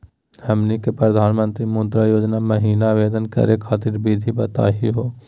हमनी के प्रधानमंत्री मुद्रा योजना महिना आवेदन करे खातीर विधि बताही हो?